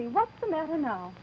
you know